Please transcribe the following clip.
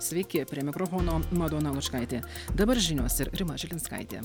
sveiki prie mikrofono madona lučkaitė dabar žinios ir rima žilinskaitė